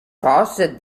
frosted